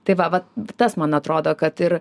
tai va vat tas man atrodo kad ir